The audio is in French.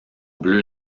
bleu